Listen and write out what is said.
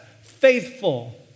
faithful